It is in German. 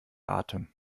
atem